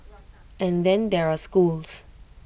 and then there are schools